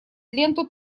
ленту